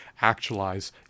actualize